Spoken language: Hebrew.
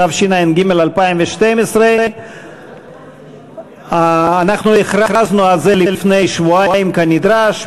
התשע"ג 2012. אנחנו הכרזנו על זה לפני שבועיים כנדרש.